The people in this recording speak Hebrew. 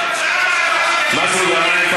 הוא ממשיך בשקרים שלו.